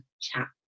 chat